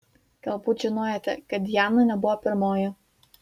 galbūt žinojote kad diana nebuvo pirmoji